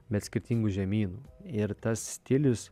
bet skirtingų žemynų ir tas stilius